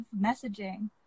messaging